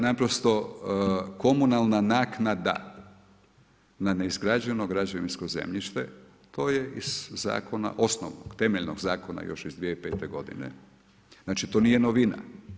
Naprosto komunalna naknada na neizgrađeno građevinsko zemljište to je iz zakona osnovnog, temeljnog zakona još iz 2005. godine, znači to nije novina.